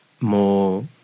more